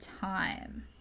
time